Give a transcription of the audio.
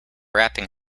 wrapping